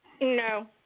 No